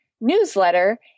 newsletter